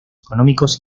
económicos